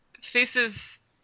faces